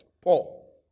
Paul